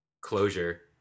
closure